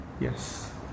yes